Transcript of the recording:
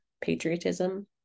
patriotism